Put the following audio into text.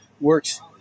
works